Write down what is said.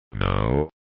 No